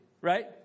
right